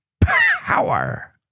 power